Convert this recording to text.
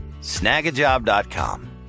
snagajob.com